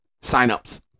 Sign-ups